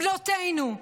בנותינו,